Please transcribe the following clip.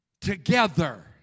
together